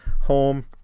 home